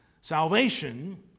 salvation